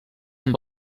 amb